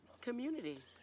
Community